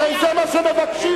הרי זה מה שהם מבקשים.